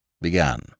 began